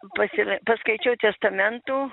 pasira paskaičiau testamentų